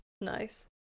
Nice